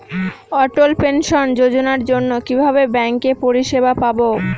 অটল pension যোজনার জন্য কিভাবে ব্যাঙ্কে পরিষেবা পাবো?